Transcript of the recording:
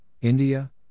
India